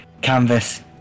canvas